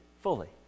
fully